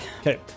Okay